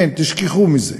אין, תשכחו מזה.